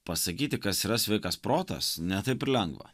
pasakyti kas yra sveikas protas ne taip ir lengva